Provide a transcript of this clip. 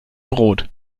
brot